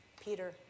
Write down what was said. Peter